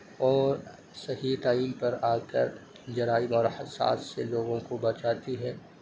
اور صحیح ٹائم پر آ کر جرائم اور حادثات سے لوگوں کو بچاتی ہے